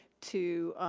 to